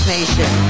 Nation